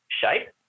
shape